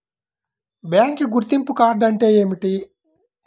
Bank గుర్తింపు card అంటే ఏమిటి?